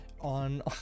on